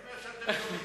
אני אומר שאתם דומים.